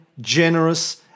generous